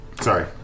Sorry